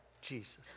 Jesus